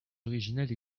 originales